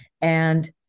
And-